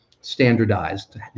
standardized